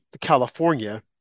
California